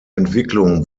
entwicklung